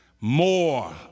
more